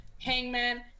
Hangman